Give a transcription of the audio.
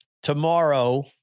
Tomorrow